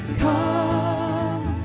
come